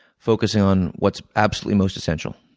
focusing on what's absolutely most essential,